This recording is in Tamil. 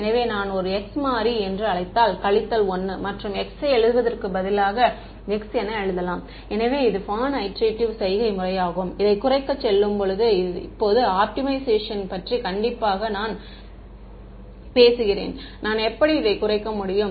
எனவே நான் x ஒரு மாறி என்று அழைத்தால் கழித்தல் 1 மற்றும் x ஐ எழுதுவதற்கு பதிலாக x என எழுதலாம் எனவே இது பார்ன் ஐடெரேட்டிவ் செய்கை முறையாகும் இதைக் குறைக்க செல்லும்போது இப்போது ஆப்டிமைசேஷன் பற்றி கண்டிப்பாக நான் பேசுகிறேன் நான் எப்படி இதை குறைக்க முடியும்